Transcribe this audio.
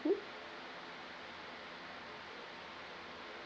hmm